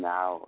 Now